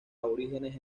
aborígenes